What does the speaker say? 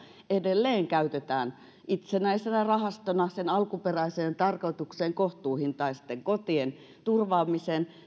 edelleen käytetään itsenäisenä rahastona sen alkuperäiseen tarkoitukseen kohtuuhintaisten kotien turvaamiseen